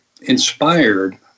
inspired